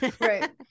Right